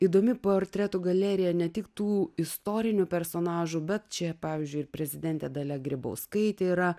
įdomi portretų galerija ne tik tų istorinių personažų bet čia pavyzdžiui prezidentė dalia grybauskaitė yra